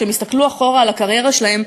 כשהם יסתכלו אחורה על הקריירה שלהם,